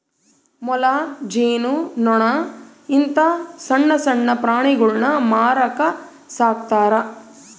ಮೊಲ, ಜೇನು ನೊಣ ಇಂತ ಸಣ್ಣಣ್ಣ ಪ್ರಾಣಿಗುಳ್ನ ಮಾರಕ ಸಾಕ್ತರಾ